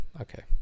okay